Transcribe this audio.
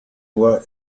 nur